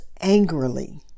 angrily